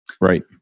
Right